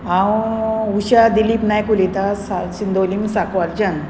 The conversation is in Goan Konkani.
हांव उशा दिलीप नायक उलयतां सा सिंदोलिम सांकवाळच्यान